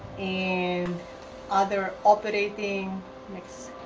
and other operating mix,